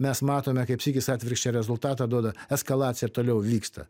mes matome kaip sykis atvirkščią rezultatą duoda eskalacija ir toliau vyksta